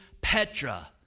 Petra